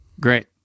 Great